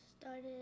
Started